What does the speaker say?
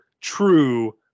true